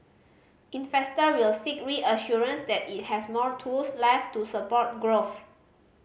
investor will seek reassurances that it has more tools left to support growth